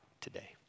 today